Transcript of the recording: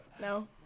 No